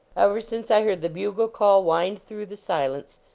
ever since i heard the bugle call wind through the silence,